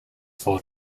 four